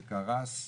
שקרס,